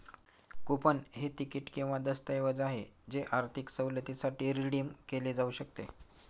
coupon हे तिकीट किंवा दस्तऐवज आहे जे आर्थिक सवलतीसाठी रिडीम केले जाऊ शकते